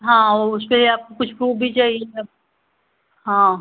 हाँ उस पर आपको कुछ प्रूफ़ भी चाहिए अब हाँ